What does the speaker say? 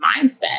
mindset